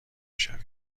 شویم